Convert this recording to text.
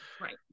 Right